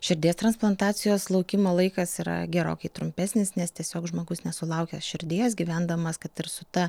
širdies transplantacijos laukimo laikas yra gerokai trumpesnis nes tiesiog žmogus nesulaukęs širdies gyvendamas kad ir su ta